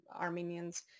Armenians